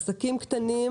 עסקים קטנים,